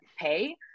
pay